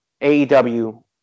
AEW